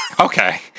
Okay